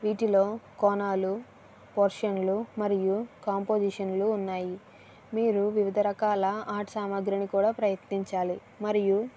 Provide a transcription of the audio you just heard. వీటిలో కోణాలు పోర్షన్లు మరియు కాంపోజిషన్లు ఉన్నాయి మీరు వివిధ రకాల ఆర్ట్ సామాగ్రిని కూడా ప్రయత్నించాలి మరియు